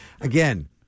Again